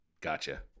Gotcha